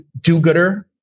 do-gooder